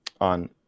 on